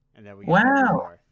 Wow